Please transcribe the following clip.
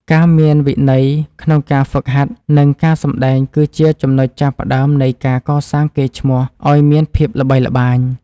ការមានវិន័យក្នុងការហ្វឹកហាត់ និង ការសម្តែងគឺជាចំណុចចាប់ផ្តើមនៃការកសាងកេរ្តិ៍ឈ្មោះឱ្យមានភាពល្បីល្បាញ។